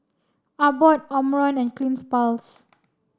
Abbott Omron and Cleanz plus